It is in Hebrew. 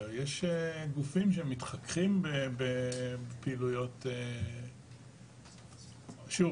יש גופים שהם מתחככים בפעילויות, שוב,